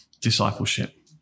discipleship